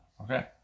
Okay